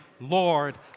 Lord